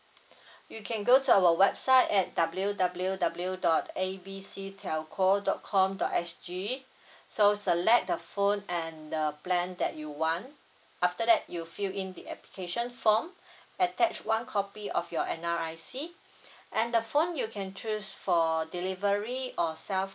you can go to our website at W W W dot A B C telco dot com dot S G so select the phone and the plan that you want after that you fill in the application form attach one copy of your N_R_I_C and the phone you can choose for delivery or self